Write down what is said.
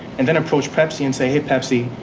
and then approach pepsi and say, hey, pepsi,